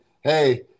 Hey